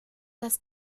das